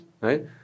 right